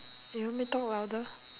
you want me talk louder